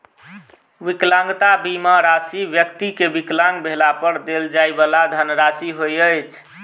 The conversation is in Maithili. विकलांगता बीमा राशि व्यक्ति के विकलांग भेला पर देल जाइ वाला धनराशि होइत अछि